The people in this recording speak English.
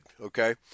Okay